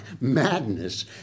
madness